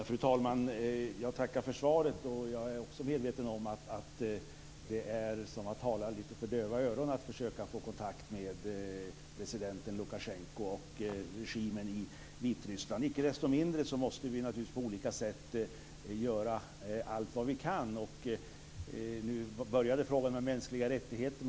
Fru talman! Jag tackar för svaret. Jag är också medveten om att det är lite grann som att tala för döva öron att försöka få kontakt med president Lukasjenko och regimen i Vitryssland. Icke desto mindre måste vi naturligtvis på olika sätt göra allt vi kan. Min fråga gällde de mänskliga rättigheterna.